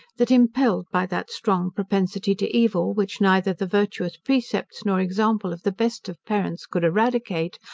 that impelled by that strong propensity to evil, which neither the virtuous precepts nor example of the best of parents could eradicate,